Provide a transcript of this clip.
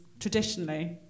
Traditionally